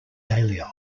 dahlia